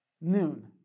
noon